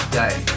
day